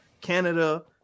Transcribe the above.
Canada